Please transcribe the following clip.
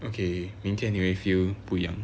okay 明天你会 feel 不一样